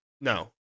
No